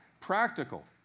Practical